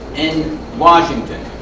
in washington.